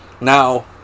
Now